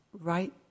right